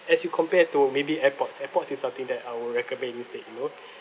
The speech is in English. as you compare to maybe airpods airpods is something that I will recommend you still use